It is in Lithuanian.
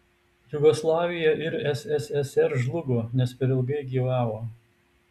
jugoslavija ir sssr žlugo nes per ilgai gyvavo